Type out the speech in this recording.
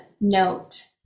note